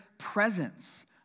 presence